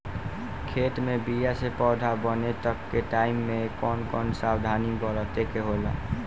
खेत मे बीया से पौधा बने तक के टाइम मे कौन कौन सावधानी बरते के होला?